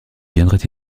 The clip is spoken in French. viendrait